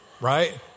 right